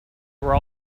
were